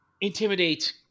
Intimidate